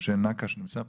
משה נקש נמצא פה?